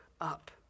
up